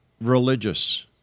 religious